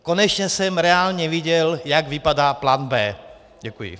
Konečně jsem reálně viděl, jak vypadá plán B. Děkuji.